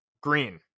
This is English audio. Green